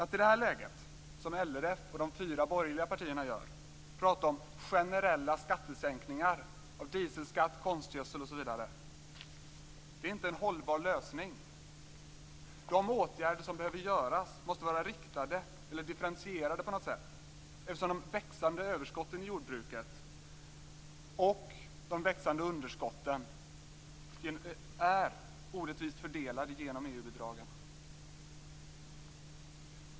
Att i detta läge, som LRF och de fyra borgerliga partierna gör, tala om generella skattesänkningar av bl.a. dieselskatt och konstgödsel är inte en hållbar lösning.